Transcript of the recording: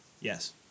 Yes